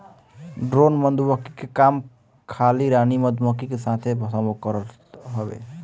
drone मधुमक्खी के काम खाली रानी मधुमक्खी के साथे संभोग करल हवे